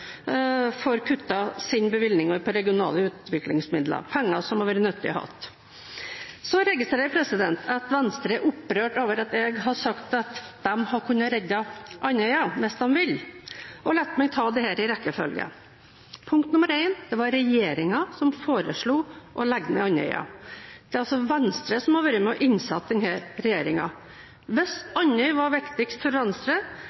sin bevilgning av regionale utviklingsmidler – penger det hadde vært nyttig å ha. Så registrerer jeg at Venstre er opprørt over at jeg har sagt at de kunne ha reddet Andøya hvis de hadde villet. La meg ta dette i rekkefølge. Punkt nummer 1: Det var regjeringen som foreslo å legge ned Andøya. Det er altså Venstre som har vært med på å innsette denne regjeringen. Hvis Andøya var viktigst for